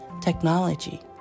technology